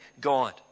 God